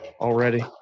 already